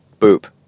boop